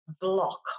block